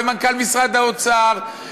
מנכ"ל משרד האוצר,